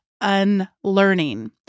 unlearning